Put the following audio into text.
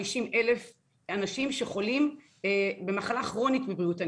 אלף אנשים שחולים במחלה כרונית בבריאות הנפש.